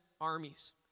armies